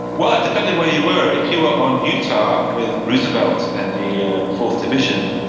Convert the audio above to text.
well, it depended where you were. if you were on utah with roosevelt and the ah fourth division,